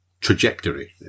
trajectory